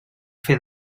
fer